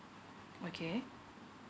okay